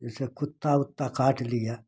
जैसे कुत्ता वुत्ता काट लिया